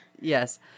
Yes